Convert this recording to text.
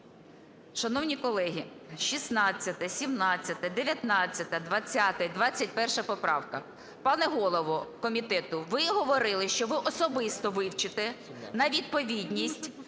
Шановні колеги, 16-а, 17-а, 19-а, 20-а і 21 поправка. Пане голово комітету, ви говорили, що ви особисто вивчите на відповідність